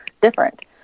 different